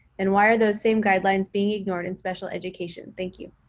and why are those same guidelines being ignored in special education? thank you.